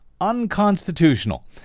Unconstitutional